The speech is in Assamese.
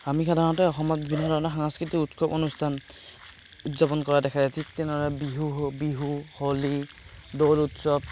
আমি সাধাৰণতে অসমত বিভিন্ন ধৰণৰ সাংস্কৃতিক উৎসৱ অনুষ্ঠান উদযাপন কৰা দেখা যায় ঠিক তেনেদৰে বিহু হওক বিহু হোলী দৌল উৎসৱ